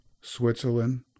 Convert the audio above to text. Switzerland